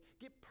get